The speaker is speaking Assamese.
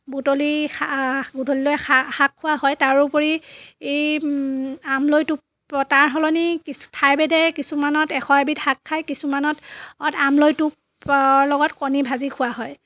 বুটলি শাক বুটলি লৈ শাক খোৱা হয় তাৰোপৰি আমলৈ টোপ তাৰ সলনি ঠাই ভেদে কিছুমানত এশ এবিধ শাক খাই কিছুমানত আমলৈ টোপৰ লগত কণী ভাজি খোৱা হয়